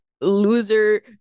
loser